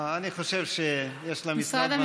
לא, אני חושב שיש לה משרד מספיק חשוב.